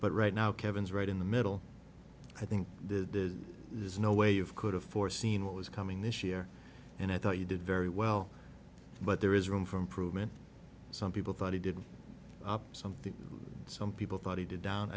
but right now kevin's right in the middle i think the there's no way of could have foreseen what was coming this year and i thought you did very well but there is room for improvement some people thought he did something and some people thought he did down